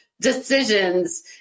decisions